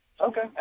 Okay